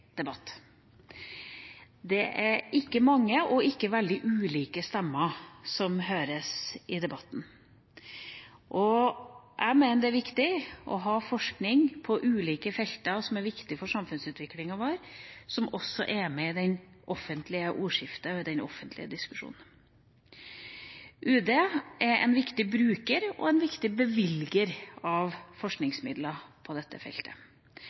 debatt. Det er ikke mange og ikke veldig ulike stemmer som høres i debatten. Jeg mener det er viktig å ha forskning på ulike felt, det er viktig for samfunnsutviklinga vår, og også at det er med i det offentlige ordskiftet, i den offentlige diskusjonen. Utenriksdepartementet er viktig bruker og viktig bevilger av forskningsmidler på dette feltet.